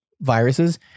Viruses